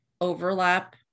overlap